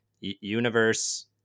universe